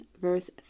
verse